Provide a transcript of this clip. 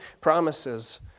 promises